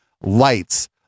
lights